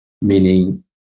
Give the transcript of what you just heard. meaning